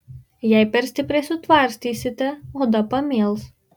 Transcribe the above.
jei per stipriai sutvarstysite oda pamėls